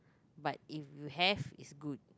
but if you have is good